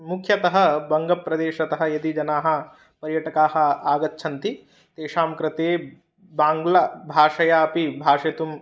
मुख्यतः बङ्गप्रदेशतः यदि जनाः पर्यटकाः आगच्छन्ति तेषां कृते बाङ्ग्ला भाषयापि भाषितुम्